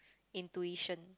intuition